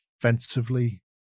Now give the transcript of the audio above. offensively